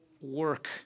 work